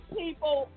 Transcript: people